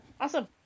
Awesome